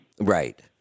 right